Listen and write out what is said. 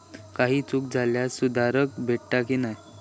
काही चूक झाल्यास सुधारक भेटता की नाय?